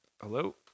Hello